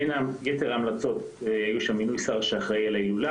בין יתר ההמלצות היו שם מינוי שר שאחראי על ההילולה